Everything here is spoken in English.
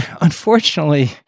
unfortunately